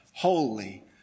holy